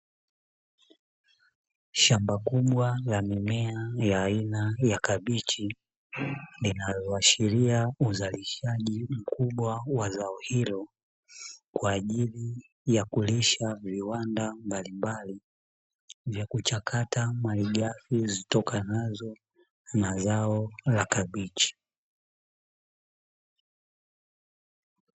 Shamba kubwa la mimea ya aina ya kabichi inayoashiria uzalishaji mkubwa wa zao hilo kwa ajili ya kulisha viwanda mbalimbali vya kuchakata mali ghafi zitokanazo na mazao ya kabichi.